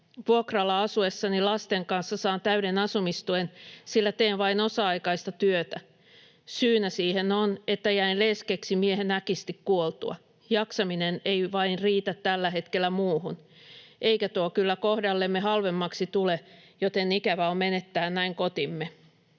Vuokralla asuessani lasten kanssa saan täyden asumistuen, sillä teen vain osa-aikaista työtä. Syynä siihen on, että jäin leskeksi miehen äkisti kuoltua. Jaksaminen ei vain riitä tällä hetkellä muuhun. Eikä tuo kyllä kohdallamme halvemmaksi tule, joten ikävä on menettää näin kotimme."